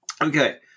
Okay